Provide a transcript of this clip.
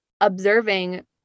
observing